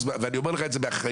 ואני אומר לך את זה באחריות.